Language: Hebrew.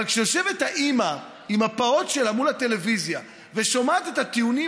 אבל כאשר יושבת אימא עם הפעוט שלה מול הטלוויזיה ושומעת את הטיעונים,